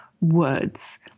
words